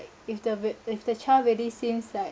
if the ve~ if the child really seems like